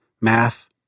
math